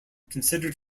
considered